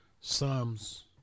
Psalms